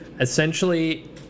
essentially